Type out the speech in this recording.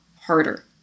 harder